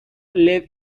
live